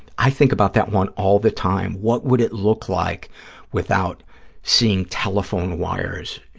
i think about that one all the time, what would it look like without seeing telephone wires.